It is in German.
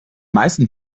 meisten